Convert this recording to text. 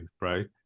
right